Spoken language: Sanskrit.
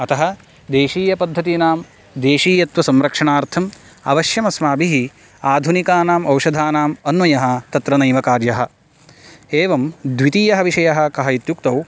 अतः देशीयपद्धतीनां देशीयत्वसंरक्षणार्थम् अवश्यम् अस्माभिः आधुनिकानाम् औषधानां अन्वयः तत्र नैव कार्यः एवं द्वितीयः विषयः कः इत्युक्तौ